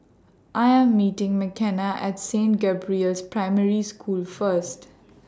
I Am meeting Makenna At Saint Gabriel's Primary School First